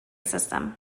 system